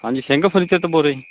ਹਾਂਜੀ ਸਿੰਘ ਫਰਨੀਚਰ ਤੋਂ ਬੋਲ ਰਹੇ